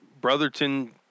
Brotherton